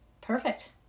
Perfect